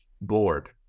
bored